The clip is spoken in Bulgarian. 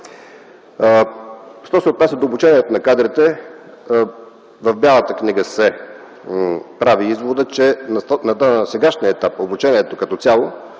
Що се отнася до обучението на кадрите, в Бялата книга се прави изводът, че на сегашния етап – обучението като цяло,